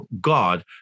God